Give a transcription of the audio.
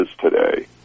today